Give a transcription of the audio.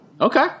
Okay